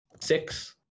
Six